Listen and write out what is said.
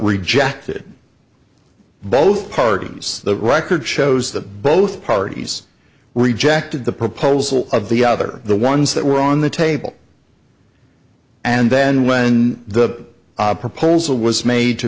rejected both parties the record shows that both parties rejected the proposal of the other the ones that were on the table and then when the proposal was made to